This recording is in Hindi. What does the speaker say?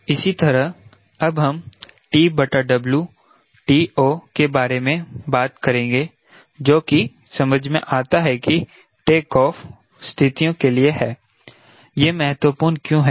इसी तरह अब हम TO के बारे में बात करेंगे जो कि समझ में आता है कि टेकऑफ़ स्थितियों के लिए है यह महत्वपूर्ण क्यों है